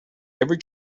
every